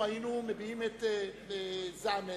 הראשונה מדינת ישראל, חברת הכנסת רוחמה אברהם.